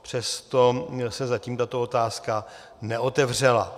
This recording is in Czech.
Přesto se zatím tato otázka neotevřela.